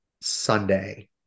Sunday